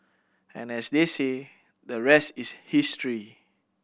and as they say the rest is history